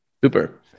Super